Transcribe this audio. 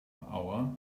hour